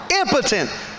Impotent